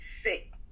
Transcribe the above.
sick